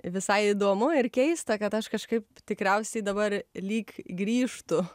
visai įdomu ir keista kad aš kažkaip tikriausiai dabar lyg grįžtu